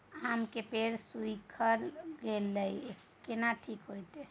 आम के पेड़ सुइख रहल एछ केना ठीक होतय?